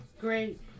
great